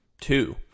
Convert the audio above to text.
Two